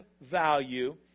value